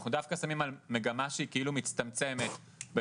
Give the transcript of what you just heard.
אנחנו דווקא שמים לב למגמה שהיא כאילו מצטמצמת בפיזיותרפיה,